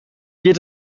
geht